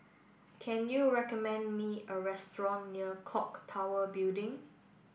can you recommend me a restaurant near Clock Tower Building